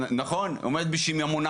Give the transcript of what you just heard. אתה איש מפתח פה.